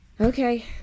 Okay